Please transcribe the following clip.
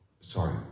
Sorry